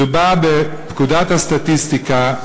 מדובר בפקודת הסטטיסטיקה,